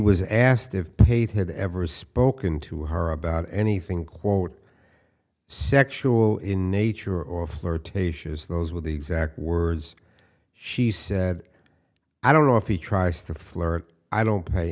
was asked if paid had ever spoken to her about anything quote sexual in nature or flirtatious those were the exact words she said i don't know if he tries to flirt i don't pay